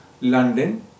London